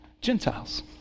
Gentiles